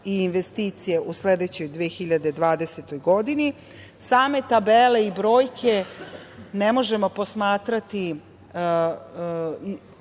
i investicije u sledećoj 2020. godini. Same tabele i brojke ne možemo posmatrati